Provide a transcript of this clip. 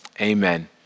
Amen